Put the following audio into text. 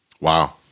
Wow